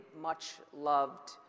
much-loved